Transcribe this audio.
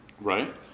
Right